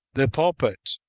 the pulpit,